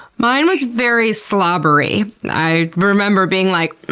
mine was very slobbery. i remember being like,